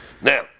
Now